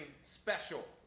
special